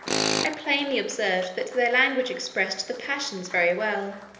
i plainly observed that their language expressed the passions very well,